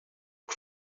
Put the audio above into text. por